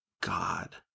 God